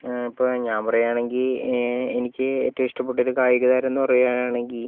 ആ ഇപ്പോൾ ഞാൻ പറയുവാണെങ്കിൽ എനിക്ക് ഏറ്റവും ഇഷ്ട്ടപ്പെട്ട കായിക താരം എന്ന് പറയുവാണെങ്കിൽ